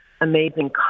amazing